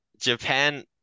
Japan